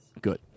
Good